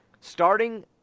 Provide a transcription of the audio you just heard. starting